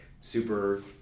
super